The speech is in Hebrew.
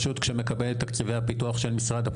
שמקדם יתרון לכל רשויות האשכול.